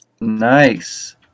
Nice